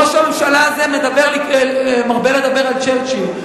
ראש הממשלה הזה מרבה לדבר על צ'רצ'יל.